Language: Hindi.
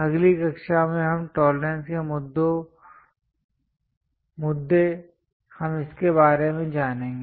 अगली कक्षा में टोलरेंस के मुद्दे हम इसके बारे में जानेंगे